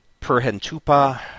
Perhentupa